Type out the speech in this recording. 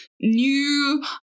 new